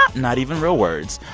not not even real words.